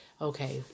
okay